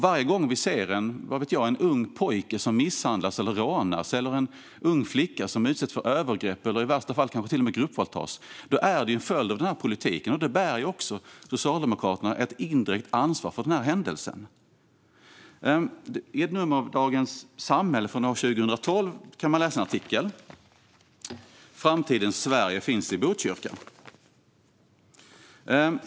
Varje gång en ung pojke misshandlas eller rånas och varje gång en ung flicka utsätts för övergrepp eller i värsta fall kanske till och med gruppvåldtas är det en följd av denna politik, och då bär Socialdemokraterna ett indirekt ansvar för händelsen. I ett nummer av Dagens Samhälle från år 2012 kan man läsa artikeln "Framtidens Sverige finns i Botkyrka".